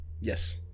Yes